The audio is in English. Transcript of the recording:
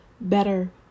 better